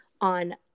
on